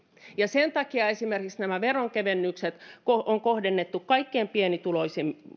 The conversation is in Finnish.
ja sen takia esimerkiksi nämä veronkevennykset on kohdennettu kaikkein